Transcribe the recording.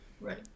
Right